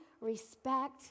respect